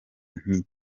nti